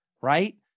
right